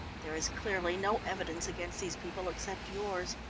there is clearly no evidence against these people, except yours.